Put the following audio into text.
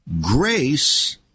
Grace